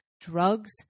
drugs